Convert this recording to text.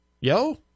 Yo